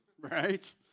right